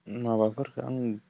माबाफोरखौ आं